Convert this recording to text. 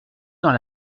dans